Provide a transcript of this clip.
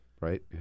right